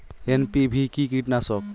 NPV কি কীটনাশক?